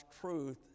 truth